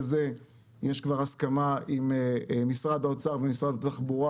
גם בזה יש כבר הסכמה עם משרד האוצר ומשרד התחבורה